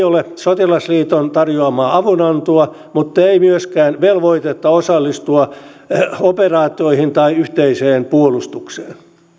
ole sotilasliiton tarjoamaa avunantoa mutta ei myöskään velvoitetta osallistua operaatioihin tai yhteiseen puolustukseen